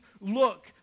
look